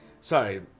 Sorry